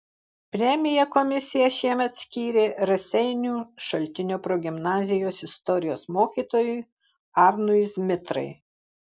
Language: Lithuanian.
premiją komisija šiemet skyrė raseinių šaltinio progimnazijos istorijos mokytojui arnui zmitrai